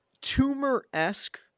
tumor-esque